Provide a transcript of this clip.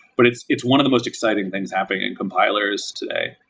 but it's it's one of the most exciting things happening in compilers today.